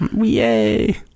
Yay